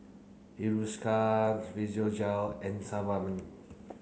Hiruscar Physiogel and Sebamed